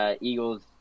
Eagles